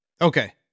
okay